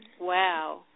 Wow